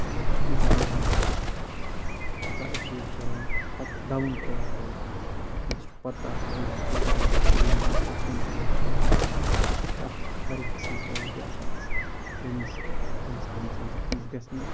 ییٖژاہ محنت کٔرِتھ یوٗتاہ ایچیٖو کَرُن پَتہٕ ڈاوُن ٹو أرٕتھ روزُن تٔمِس چھُ پَتہٕ تَتھ کٔمِس کوٗتاہ عزت چھُ دیُٚن کٔمِس کِتھ کٔنۍ چھِ عزت کَرُن سُہ چھِ اَکھ واریاہ اَصٕل کالِٹی آسان أکِس فیمَس اِنسان سٕنٛز تٔمِس گژھِ نہٕ